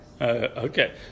Okay